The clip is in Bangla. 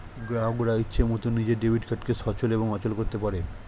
গ্রাহকরা ইচ্ছে মতন নিজের ডেবিট কার্ডকে সচল এবং অচল করতে পারে